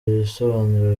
ibisobanuro